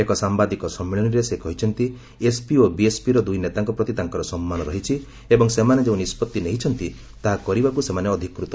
ଏକ ସାମ୍ବାଦିକ ସମ୍ମିଳନୀରେ ସେ କହିଛନ୍ତି ଏସ୍ପି ଓ ବିଏସ୍ପିର ଦୁଇ ନେତାଙ୍କ ପ୍ରତି ତାଙ୍କର ସମ୍ମାନ ରହିଛି ଏବଂ ସେମାନେ ଯେଉଁ ନିଷ୍ପଭି ନେଇଛନ୍ତି ତାହା କରିବାକୁ ସେମାନେ ଅଧିକୃତ